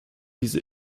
diese